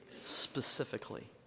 specifically